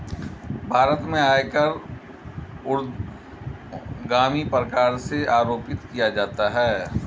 भारत में आयकर ऊर्ध्वगामी प्रकार से आरोपित किया जाता है